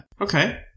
Okay